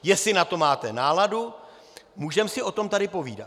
Jestli na to máte náladu, můžeme si o tom tady povídat.